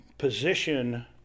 position